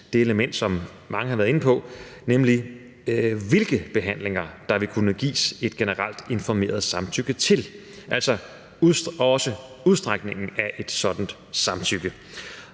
det element, som mange har været inde på, nemlig hvilke behandlinger der vil kunne gives et generelt informeret samtykke til og altså også udstrækningen af et sådant samtykke.